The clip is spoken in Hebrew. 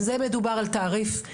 זה מדובר על תעריף,